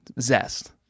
Zest